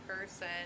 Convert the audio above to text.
person